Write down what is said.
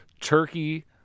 turkey